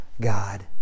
God